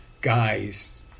guys